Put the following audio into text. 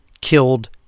killed